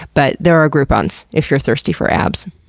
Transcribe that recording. but there are groupons if you're thirsty for abs.